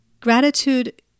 Gratitude